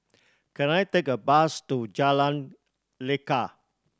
can I take a bus to Jalan Lekar